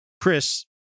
Chris